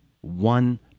one